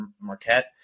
Marquette